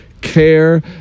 care